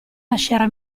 lascerà